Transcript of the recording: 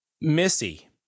Missy